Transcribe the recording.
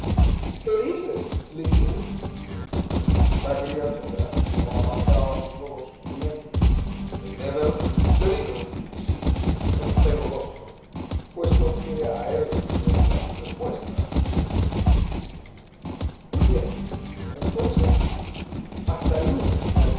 qué dices lidia la criatura que no apartaba sus ojos rientes de nébel le dijo sí en pleno rostro puesto que a él debía su respuesta muy bien entonces hasta el lunes